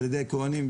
על-ידי הכוהנים,